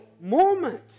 moment